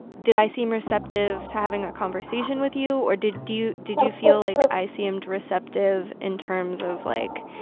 did i seem receptive to having a conversation with you, or did you did you feel like i seemed receptive in terms of, like,